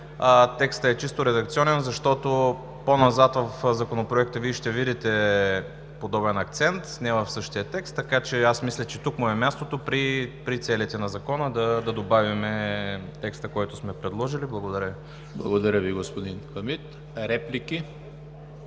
Текстът е чисто редакционен, защото по-назад в Законопроекта Вие ще видите подобен акцент, не в същия текст, така че аз мисля, че тук му е мястото – при целите на Закона, да добавим текста, който сме предложили. Благодаря Ви. ПРЕДСЕДАТЕЛ ЕМИЛ ХРИСТОВ: Благодаря Ви, господин Хамид. Реплики?